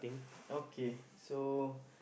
okay so